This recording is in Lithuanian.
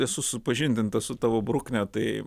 esu supažindintas su tavo brukne tai